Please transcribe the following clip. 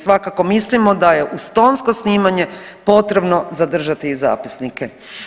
I svakako mislimo da je uz tonsko snimanje potrebno zadržati i zapisnike.